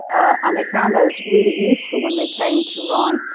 and they found those really useful when they came to write